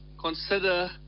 consider